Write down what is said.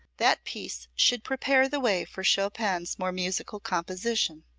that piece should prepare the way for chopin's more musical composition.